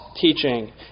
teaching